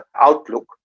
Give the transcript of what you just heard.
outlook